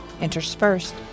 interspersed